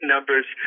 Numbers